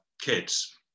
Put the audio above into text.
kids